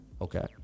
Okay